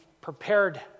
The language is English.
prepared